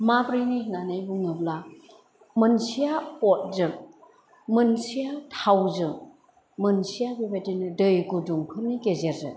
माब्रैनि होन्नानै बुङोब्ला मोनसेआ अदजों मोनसेआ थावजों मोनसेआ बेबायदिनो दै गुदुंफोरनि गेजेरजों